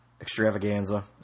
Extravaganza